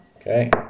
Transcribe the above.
Okay